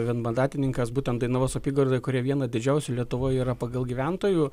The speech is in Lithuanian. vienmandatininkas būtent dainavos apygardoj kuri viena didžiausių lietuvoje yra pagal gyventojų